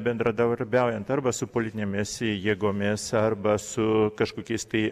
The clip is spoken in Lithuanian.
bendradarbiaujant arba su politinėmis jėgomis arba su kažkokiais tai